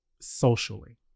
socially